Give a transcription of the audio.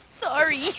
sorry